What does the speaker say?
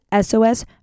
SOS